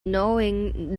knowing